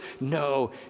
No